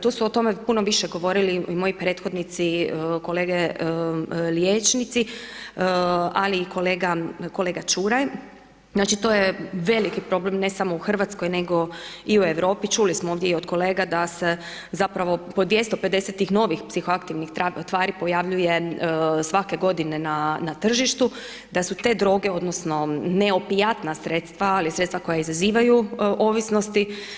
Tu su o tome puno više govorili moji prethodnici, kolege liječnici, ali i kolega Čuraj, znači to je veliki problem, ne samo u Hrvatskoj nego i u Europi, čuli smo ovdje i od kolega, da se zapravo po 250 tih novih psihoaktivnih tvari pojavljuje svake godine na tržištu, da su te droge, odnosno neopijatna sredstva, ali sredstva koja izazivaju ovisnosti.